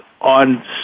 on